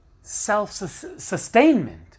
self-sustainment